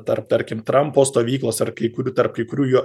tarp tarkim trampo stovyklos ar kai kurių tarp kai kurių jo